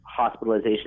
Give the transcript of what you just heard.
hospitalizations